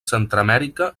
centreamèrica